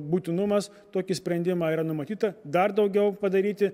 būtinumas tokį sprendimą yra numatyta dar daugiau padaryti